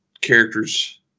characters